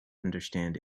understand